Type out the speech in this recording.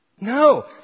No